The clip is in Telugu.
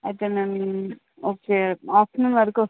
అయితే మేము ఓకే ఆఫ్టర్నూన్ వరకు వస్తాము